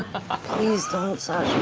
ah please don't, sasha,